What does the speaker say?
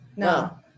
No